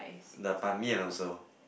the Ban-Mian also